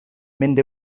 mynd